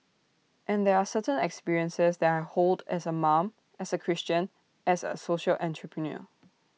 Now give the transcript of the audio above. and there are certain experiences that I hold as A mom as A Christian as A social entrepreneur